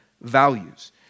values